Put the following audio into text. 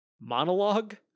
monologue